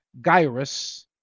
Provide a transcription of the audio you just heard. gyrus